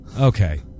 Okay